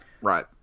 right